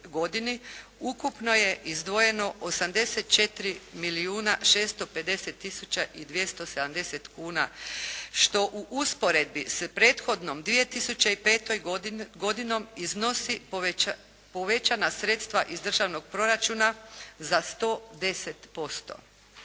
ukupno je izdvojeno 84 milijuna 650 tisuća i 270 kuna. Što u usporedbi sa prethodnom 2005. godinom iznosi povećana sredstva iz Državnog proračuna za 110%.